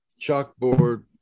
chalkboard